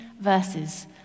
verses